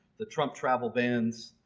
the trump travel bans.